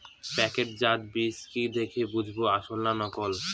প্যাকেটজাত বীজ কি দেখে বুঝব আসল না নকল?